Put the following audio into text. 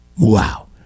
Wow